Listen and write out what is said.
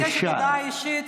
אני מבקשת הודעה אישית,